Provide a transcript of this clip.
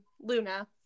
Luna